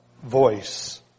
voice